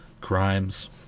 crimes